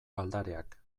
aldareak